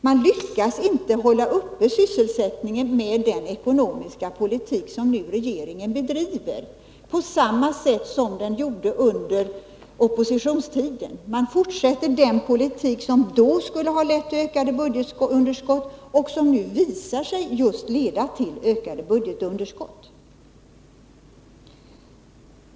Man lyckas inte hålla uppe sysselsättningen med den ekonomiska politik som socialdemokraterna nu bedriver, på samma sätt som de gjorde under oppositionstiden. Regeringen fortsätter den politik som då skulle ha lett till ökade budgetunderskott och som nu visar sig leda till just ökade budgetunderskott.